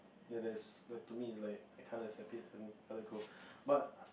ya that is that to me like I can't accept it then I let go but